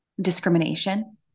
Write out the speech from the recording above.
discrimination